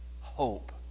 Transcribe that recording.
hope